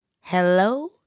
Hello